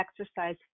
exercise